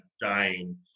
dying